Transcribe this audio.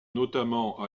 notamment